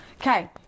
Okay